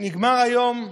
נגמר היום,